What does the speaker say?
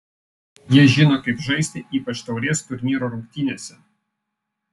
jie žino kaip žaisti ypač taurės turnyro rungtynėse